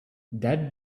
that